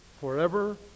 Forever